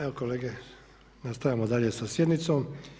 Evo kolege nastavljamo dalje sa sjednicom.